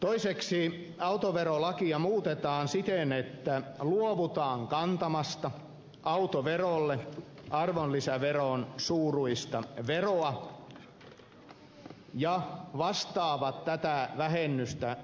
toiseksi autoverolakia muutetaan siten että luovutaan kantamasta autoverolle arvonlisäveron suuruista veroa ja vastaavat